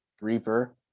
Reaper